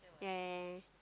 yeah yeah yeah